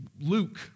Luke